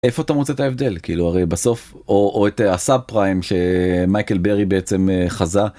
איפה אתה מוצא את ההבדל כאילו הרי בסוף או את הסאב פריים שמייקל ברי בעצם חזה.